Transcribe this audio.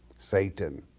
satan,